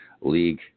league